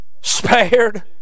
spared